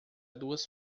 duas